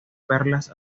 perlas